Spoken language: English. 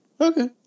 okay